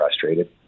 frustrated